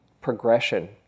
progression